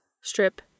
Strip